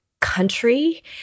country